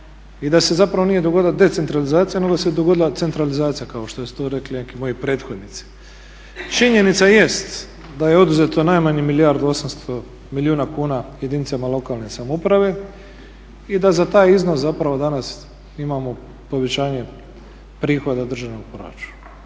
i da se zapravo nije dogodila decentralizacija nego se dogodila centralizacija kao što su to rekli neki moji prethodnici. Činjenica jest da je oduzeto najmanje milijardu 800 milijuna kuna jedinicama lokalne samouprave i da za taj iznos zapravo danas imamo povećanje prihoda državnog proračuna.